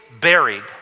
buried